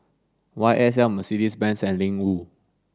Y S L Mercedes Benz and Ling Wu